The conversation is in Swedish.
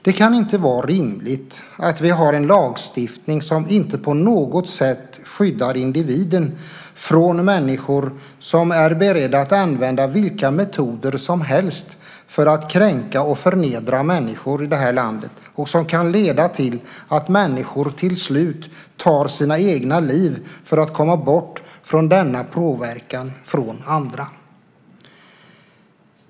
Det kan inte vara rimligt att vi har en lagstiftning som inte på något sätt skyddar individen från människor som är beredda att använda vilka metoder som helst för att kränka och förnedra människor i det här landet, och som kan leda till att människor till slut tar sina egna liv för att komma bort från denna påverkan från andra.